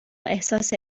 احساس